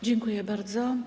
Dziękuję bardzo.